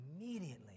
immediately